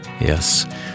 Yes